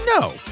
No